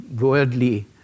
worldly